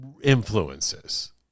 influences